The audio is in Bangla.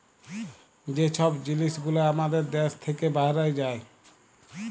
যে ছব জিলিস গুলা আমাদের দ্যাশ থ্যাইকে বাহরাঁয় যায়